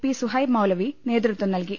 P Suhaib Maulavi നേതൃത്വം നൽകി